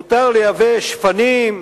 מותר לייבא שפנים,